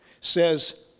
says